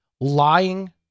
lying